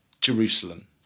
Jerusalem